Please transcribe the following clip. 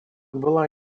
была